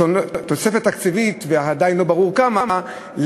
עדיין לא ברור כמה,